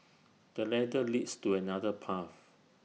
the ladder leads to another path